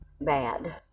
bad